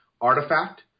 artifact